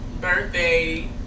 birthday